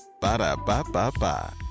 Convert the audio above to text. Ba-da-ba-ba-ba